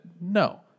No